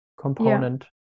component